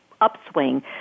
upswing